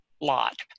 lot